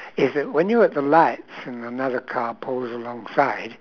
is that when you're at the lights and another car pulls alongside